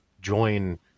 join